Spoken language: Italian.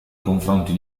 confronti